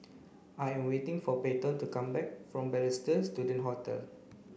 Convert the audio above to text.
I am waiting for Peyton to come back from Balestier Student Hotel